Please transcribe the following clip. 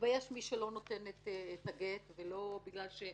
אדם שלא נותן גט צריך להתבייש.